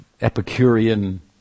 epicurean